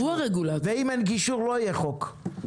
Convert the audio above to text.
ואם אין גישור לא יהיה חוק.